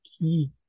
key